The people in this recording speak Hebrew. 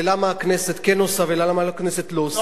למה הכנסת כן עושה ולמה הכנסת לא עושה,